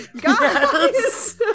Guys